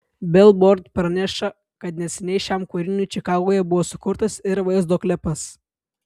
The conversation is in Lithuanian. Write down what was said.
bilbord praneša kad neseniai šiam kūriniui čikagoje buvo sukurtas ir vaizdo klipas